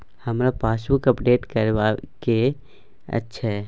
हमरा passbook update करैबे के अएछ?